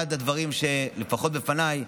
שאחד הדברים שלפחות בפניי,